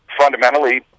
fundamentally